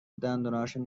دندوناشو